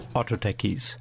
Autotechies